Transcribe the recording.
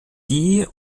dee